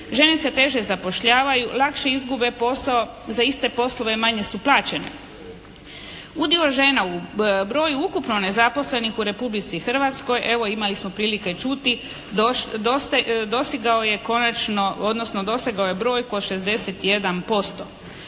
žene se teže zapošljavaju, lakše izgube posao. Za iste poslove manje su plaćene. Udio žena u broju ukupno nezaposlenih u Republici Hrvatskoj evo imali smo prilike čuti dosegao je konačno